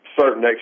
certain